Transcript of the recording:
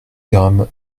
grammes